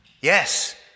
Yes